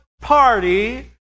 party